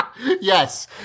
Yes